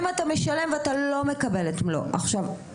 אתה משלם ואתה לא מקבל את מלוא התמורה.